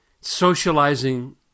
socializing